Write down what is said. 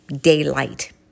daylight